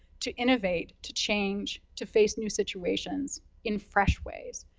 to innovate, to change, to face new situations in fresh ways.